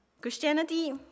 Christianity